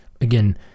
again